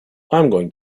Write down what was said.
going